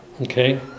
Okay